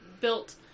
built